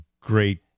great